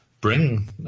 bring